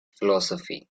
philosophy